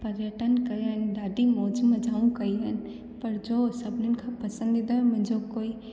पर्यटन कया आहिनि ॾाढी मौज मज़ा कयूं आहिनि पर जो सभिनिनि खां पसंदीदा मुंहिंजो कोई